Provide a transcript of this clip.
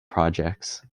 projects